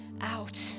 out